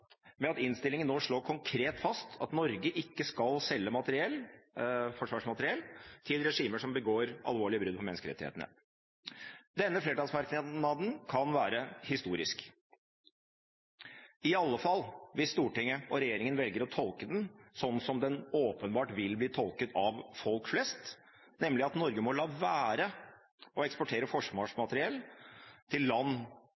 at innstillingen nå slår konkret fast at Norge ikke skal selge forsvarsmateriell til regimer som begår alvorlige brudd på menneskerettighetene. Denne flertallsmerknaden kan være historisk – i alle fall hvis Stortinget og regjeringen velger å tolke den sånn som den åpenbart vil bli tolket av folk flest, nemlig at Norge må la være å eksportere forsvarsmateriell til land